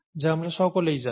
যা আমরা সকলেই জানি